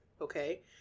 okay